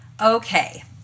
Okay